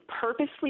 purposely